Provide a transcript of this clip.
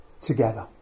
together